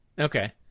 Okay